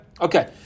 Okay